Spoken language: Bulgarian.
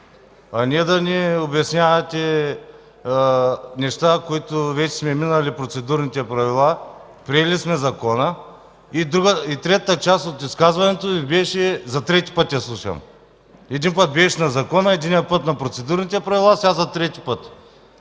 а не да ни обяснявате неща, по които вече сме минали процедурните правила, приели сме Закона. Третата част от изказването Ви я слушам за трети път – един път беше на Закона, единия път на процедурните правила, сега за трети път.